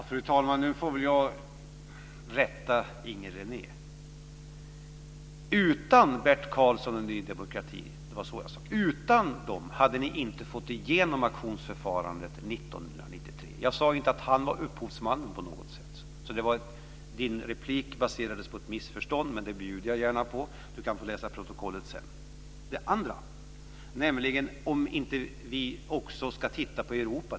Fru talman! Nu får jag väl rätta Inger René. Utan Bert Karlsson och Ny demokrati hade ni inte fått igenom auktionsförfarandet 1993. Jag sade inte att han var upphovsmannen. Inger Renés replik baserades på ett missförstånd, men det bjuder jag gärna på. Inger René kan få läsa protokollet sedan. Den andra frågan var om vi också ska titta på Europa.